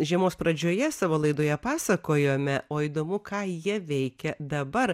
žiemos pradžioje savo laidoje pasakojome o įdomu ką jie veikia dabar